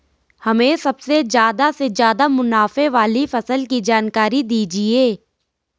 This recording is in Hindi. हमें सबसे ज़्यादा से ज़्यादा मुनाफे वाली फसल की जानकारी दीजिए